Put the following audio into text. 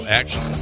action